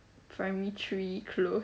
primary three